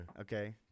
okay